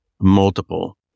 multiple